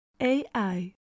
AI